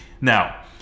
Now